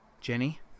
Jenny